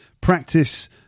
practice